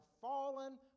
fallen